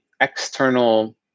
external